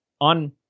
on